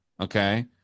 Okay